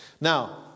Now